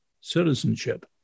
citizenship